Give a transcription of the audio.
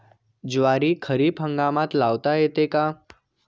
ज्वारी खरीप हंगामात लावता येते का?